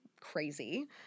crazy